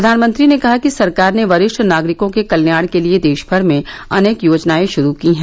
प्रधानमंत्री ने कहा कि सरकार ने वरिष्ठ नागरिकों के कल्याण के लिए देशभर में अनेक योजनाएं शुरू की हैं